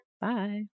Bye